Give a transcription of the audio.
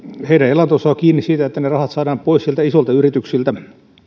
heidän elantonsa on kiinni siitä että ne rahat saadaan pois niiltä isoilta yrityksiltä